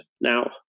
now